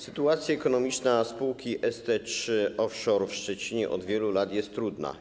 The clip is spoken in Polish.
Sytuacja ekonomiczna spółki ST3 Offshore w Szczecinie od wielu lat jest trudna.